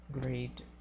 great